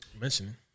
mentioning